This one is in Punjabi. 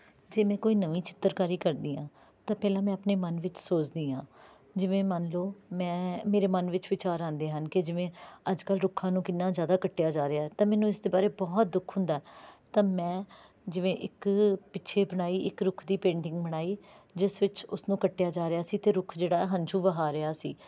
ਜੇ ਮੈਂ ਕੋਈ ਨਵੀਂ ਚਿੱਤਰਕਾਰੀ ਕਰਦੀ ਹਾਂ ਤਾਂ ਪਹਿਲਾਂ ਮੈਂ ਆਪਣੇ ਮਨ ਵਿੱਚ ਸੋਚਦੀ ਹਾਂ ਜਿਵੇਂ ਮੰਨ ਲਓ ਮੈਂ ਮੇਰੇ ਮਨ ਵਿੱਚ ਵਿਚਾਰ ਆਉਂਦੇ ਹਨ ਕਿ ਜਿਵੇਂ ਅੱਜ ਕੱਲ੍ਹ ਰੁੱਖਾਂ ਨੂੰ ਕਿੰਨਾ ਜ਼ਿਆਦਾ ਕੱਟਿਆ ਜਾ ਰਿਹਾ ਤਾਂ ਮੈਨੂੰ ਇਸ ਦੇ ਬਾਰੇ ਬਹੁਤ ਦੁੱਖ ਹੁੰਦਾ ਤਾਂ ਮੈਂ ਜਿਵੇਂ ਇੱਕ ਪਿੱਛੇ ਬਣਾਈ ਇੱਕ ਰੁੱਖ ਦੀ ਪੇਂਟਿੰਗ ਬਣਾਈ ਜਿਸ ਵਿੱਚ ਉਸ ਨੂੰ ਕੱਟਿਆ ਜਾ ਰਿਹਾ ਸੀ ਅਤੇ ਰੁੱਖ ਜਿਹੜਾ ਹੰਝੂ ਵਹਾਅ ਰਿਹਾ ਸੀ